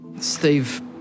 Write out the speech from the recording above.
Steve